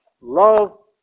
Love